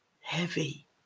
Heavy